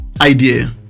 idea